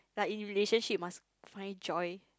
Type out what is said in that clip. like in relationship must find joy